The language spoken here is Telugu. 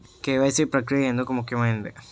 కే.వై.సీ ప్రక్రియ ఎందుకు ముఖ్యమైనది?